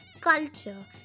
culture